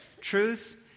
truth